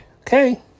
Okay